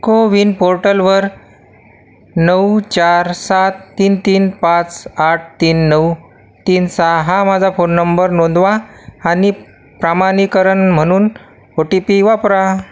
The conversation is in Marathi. को विन पोर्टलवर नऊ चार सात तीन तीन पाच आठ तीन नऊ तीन सहा हा माझा फोन नंबर नोंदवा आणि प्रामाणीकरण म्हणून ओ टी पी वापरा